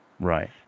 Right